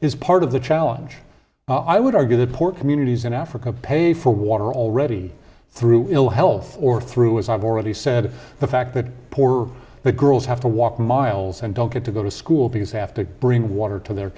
is part of the challenge i would argue that poor communities in africa pay for water already through ill health or through as i've already said the fact that poor the girls have to walk miles and don't get to go to school because have to bring water to their